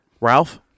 Ralph